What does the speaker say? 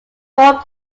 more